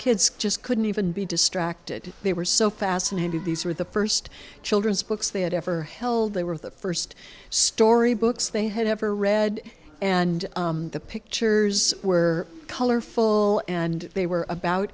kids just couldn't even be distracted they were so fascinated these were the first children's books they had ever held they were the first story books they had ever read and the pictures were colorful and they were about